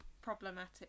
problematic